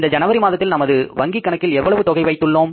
இந்த ஜனவரி மாதத்தில் நமது வங்கிக் கணக்கில் எவ்வளவு தொகை வைத்துள்ளோம்